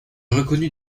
reconnus